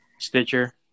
Stitcher